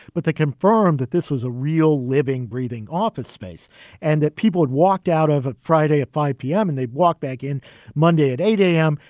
but that confirmed that this was a real, living, breathing office space and that people had walked out of it friday at five p m. and they'd walk back in monday at eight a m.